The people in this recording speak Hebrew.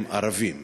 הם ערבים.